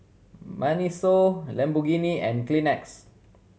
MINISO Lamborghini and Kleenex